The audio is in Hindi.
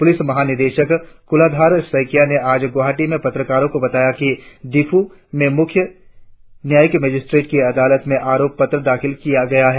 प्रलिस महानिदेशक कुलाधार सेकिया ने आज गुवाहाटी में पत्रकारो को बताया कि दीफू में मुख्य न्यायिक मजिस्ट्रेट की अदालत में आरोप पत्र दाखिल किए गए है